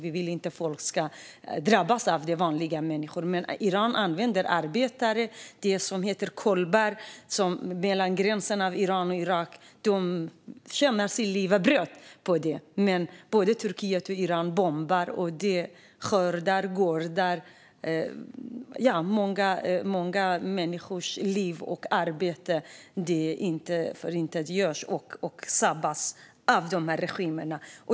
Vi vill inte att vanliga människor ska drabbas av det. Iran använder arbetare, de som kallas kolbar, som går över gränsen mellan Iran och Irak. Det tjänar sitt levebröd på det. Men både Turkiet och Iran bombar. Det skördar många människors liv, och deras arbete tillintetgörs. Det förstörs av dessa regimer.